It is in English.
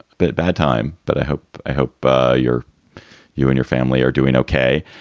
but bad time, but i hope i hope but your you and your family are doing ok